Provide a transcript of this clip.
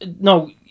No